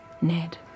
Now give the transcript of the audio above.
Ned